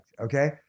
Okay